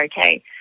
okay